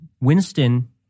Winston